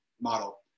model